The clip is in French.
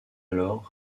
alors